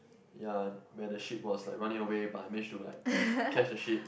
ya where the sheep was like running away but I manage to like catch the sheep